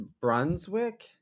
Brunswick